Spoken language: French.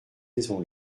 maison